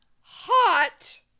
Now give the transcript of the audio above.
hot